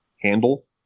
handle